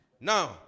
Now